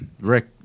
Rick